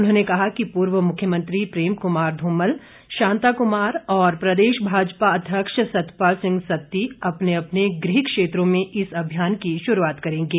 उन्होंने कहा कि पूर्व मुख्यमंत्री प्रेम कुमार धूमल शांता कुमार और प्रदेश भाजपा अध्यक्ष सतपाल सिंह सत्ती अपने अपने गृह क्षेत्रों में इस अभियान की शुरूआत करेंगे